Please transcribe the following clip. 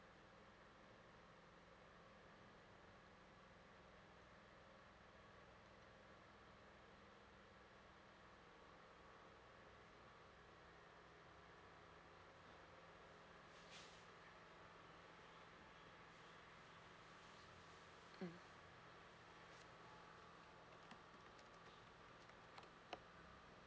mm